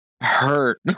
hurt